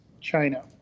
China